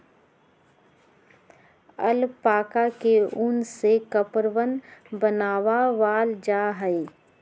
alpaca के उन से कपड़वन बनावाल जा हई